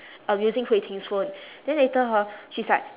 I was using hui ting's phone then later hor she's like